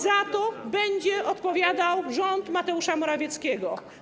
Za to będzie odpowiadał rząd Mateusza Morawieckiego.